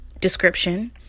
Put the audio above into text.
description